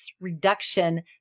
reduction